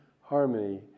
harmony